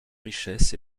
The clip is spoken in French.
richesse